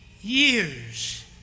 years